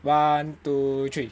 one two three